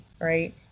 right